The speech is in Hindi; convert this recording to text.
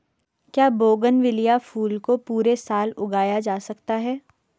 क्या बोगनविलिया फूल को पूरे साल उगाया जा सकता है?